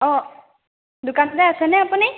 অঁ দোকানতে আছেনে আপুনি